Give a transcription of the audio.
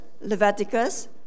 Leviticus